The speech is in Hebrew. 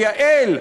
לייעל.